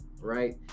right